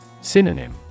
Synonym